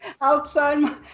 Outside